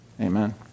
Amen